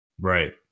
Right